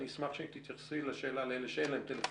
אשמח גם אם תתייחסי לשאלה מה קורה עם אלה שאין להם טלפונים.